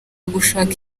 gushaka